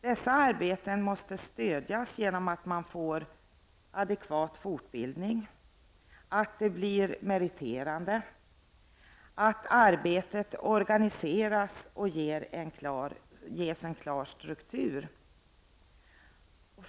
Dessa arbeten måste stödjas genom att man får adekvat fortbildning, att de blir meriterande, att arbetet organiseras och ges en klar struktur.